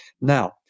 Now